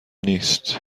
نیست